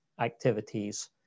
activities